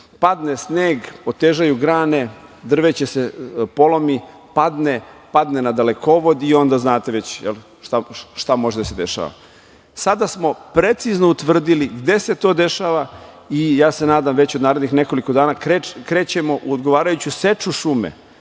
Padne sneg, otežaju grane, drveće se polomi, padne na dalekovod i onda znate već šta može da se dešava. Sada smo precizno utvrdili gde se to dešava i ja se nadam već od narednih nekoliko dana krećemo u odgovarajuću seču šume,